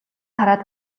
хараад